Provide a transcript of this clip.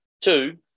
Two